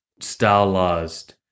stylized